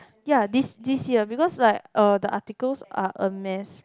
ya this this year because like uh the articles are a mess